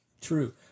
True